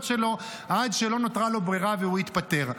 שלו עד שלא נותרה לו ברירה והוא התפטר.